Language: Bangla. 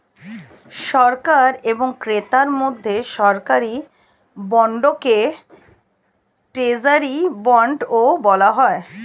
সরকার এবং ক্রেতার মধ্যে সরকারি বন্ডকে ট্রেজারি বন্ডও বলা হয়